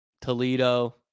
Toledo